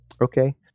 Okay